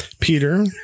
Peter